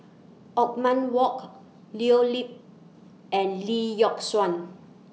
Othman Wok Leo Yip and Lee Yock Suan